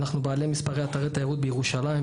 אנחנו בעלי מספר אתרי תיירות בירושלים,